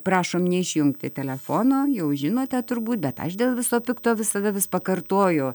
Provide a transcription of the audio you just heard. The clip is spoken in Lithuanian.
prašom neišjungti telefono jau žinote turbūt bet aš dėl viso pikto visada vis pakartoju